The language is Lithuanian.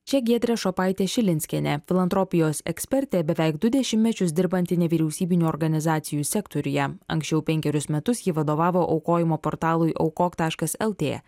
čia giedrė šopaitė šilinskienė filantropijos ekspertė beveik du dešimtmečius dirbanti nevyriausybinių organizacijų sektoriuje anksčiau penkerius metus ji vadovavo aukojimo portalui aukok taškas lt